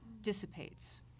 dissipates